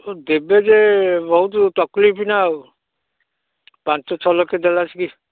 ଦେବେ ଯେ ବହୁତ ତକ୍ଲିପ୍ ନା ଆଉ ପାଞ୍ଚ ଛଅ ଲକ୍ଷ ଦେଲା ଆସିକି